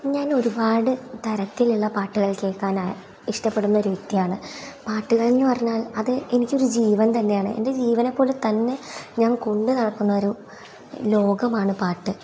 ഞാൻ ഒരു പാട് തരത്തിലുള്ള പാട്ടുകൾ കേൾക്കാൻ ഇഷ്ടപ്പെടുന്ന ഒരു വ്യക്തിയാണ് പാട്ടുകൾ എന്ന് പറഞ്ഞാൽ അത് എനിക്കൊരു ജീവൻ തന്നെയാണ് എൻ്റെ ജീവനെ പോലെ തന്നെ ഞാൻ കൊണ്ട് നടക്കുന്നൊരു ലോകമാണ് പാട്ട്